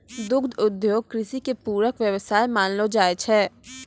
दुग्ध उद्योग कृषि के पूरक व्यवसाय मानलो जाय छै